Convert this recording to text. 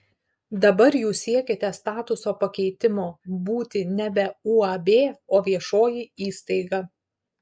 dabar jūs siekiate statuso pakeitimo būti nebe uab o viešoji įstaiga